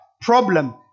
problem